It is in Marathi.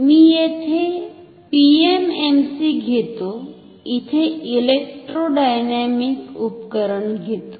मी येथे PMMC घेतो इथे इलेक्ट्रोडायनॅमिक उपकरण घेतो